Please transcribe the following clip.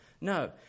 No